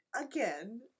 again